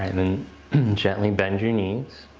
and then gently bend your knees.